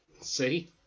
See